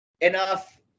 enough